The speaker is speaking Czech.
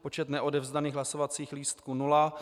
Počet neodevzdaných hlasovacích listů nula.